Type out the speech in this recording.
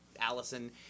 Allison